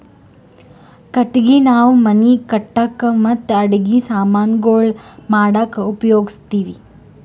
ಕಟ್ಟಗಿ ನಾವ್ ಮನಿ ಕಟ್ಟಕ್ ಮತ್ತ್ ಅಡಗಿ ಸಮಾನ್ ಗೊಳ್ ಮಾಡಕ್ಕ ಉಪಯೋಗಸ್ತಿವ್